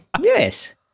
Yes